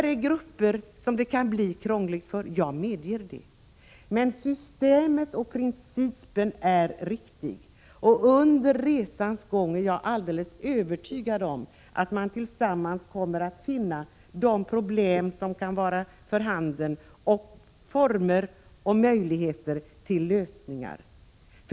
Det finns grupper som det kan bli krångligt för, jag medger det, men principen är riktig, och jag är alldeles övertygad om att man under resans gång kommer att finna lösningar på problemen.